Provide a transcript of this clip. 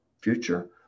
future